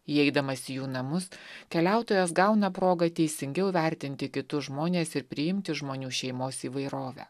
įeidamas į jų namus keliautojas gauna progą teisingiau vertinti kitus žmones ir priimti žmonių šeimos įvairovę